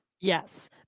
yes